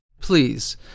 Please